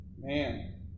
Man